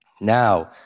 Now